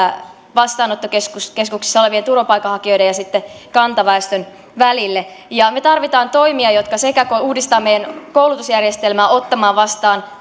vastaanottokeskuksissa olevien turvapaikanhakijoiden ja kantaväestön välille me tarvitsemme toimia jotka uudistavat meidän koulutusjärjestelmää ottamaan vastaan